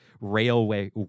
railway